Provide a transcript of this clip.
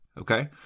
Okay